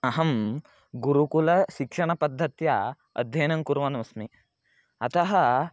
अहं गुरुकुलं शिक्षणपद्धत्या अध्ययनं कुर्वनोस्मि अतः